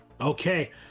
Okay